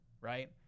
Right